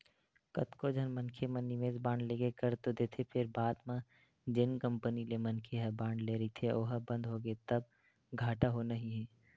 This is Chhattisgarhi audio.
कतको झन मनखे मन निवेस बांड लेके कर तो देथे फेर बाद म जेन कंपनी ले मनखे ह बांड ले रहिथे ओहा बंद होगे तब घाटा होना ही हे